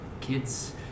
kid's